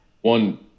one